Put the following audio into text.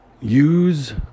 use